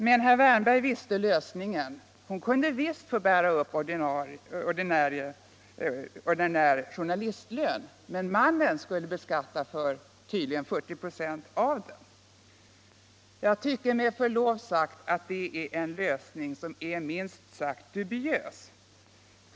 Men herr Wärnberg visste lösningen: hon kunde visst få bära upp ordinär journalistlön, men mannen skulle beskattas för 40 ". av den. Jag tycker med förlov sagt att det är en lösning som är minst sagt dubiös.